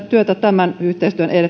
työtä tämän yhteistyön